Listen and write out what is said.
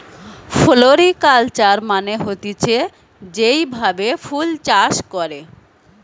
floriculture মানে হতিছে যেই ভাবে ফুল চাষ করে